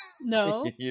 No